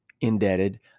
indebted